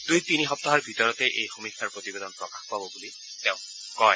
দুই তিনি সপ্তাহৰ ভিতৰতেই এই সমীক্ষাৰ প্ৰতিবেদন প্ৰকাশ পাব বুলি তেওঁ কয়